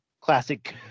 classic